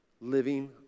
living